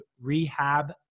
rehab